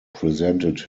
presented